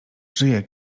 żyje